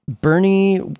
Bernie